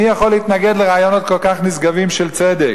מי יכול להתנגד לרעיונות כל כך נשגבים של צדק?